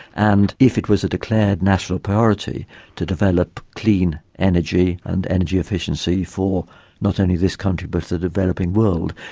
and if it was a declared national priority to develop clean energy and energy efficiency for not only this country but for the developing world,